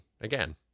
again